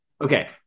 okay